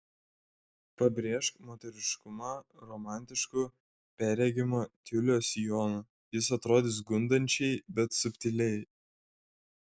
pabrėžk moteriškumą romantišku perregimo tiulio sijonu jis atrodys gundančiai bet subtiliai